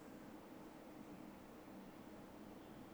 what is in expansion